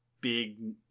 big